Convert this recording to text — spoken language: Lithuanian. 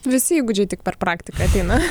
visi įgūdžiai tik per praktiką ateina